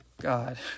God